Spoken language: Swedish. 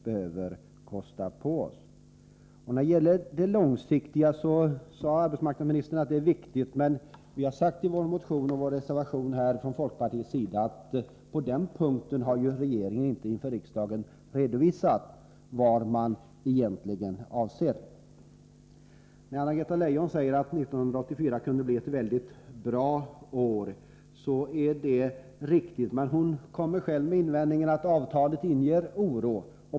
De långsiktiga åtgärderna är viktiga, sade arbetsmarknadsministern, men som vi framhållit i vår motion och också i folkpartireservationen har regeringen på den punkten inte inför riksdagen redovisat vad man egentligen avser. När Anna-Greta Leijon säger att 1984 kunde bli ett mycket bra år, är det riktigt. Men hon kommer själv med invändningen att avtalen inger oro.